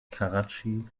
karatschi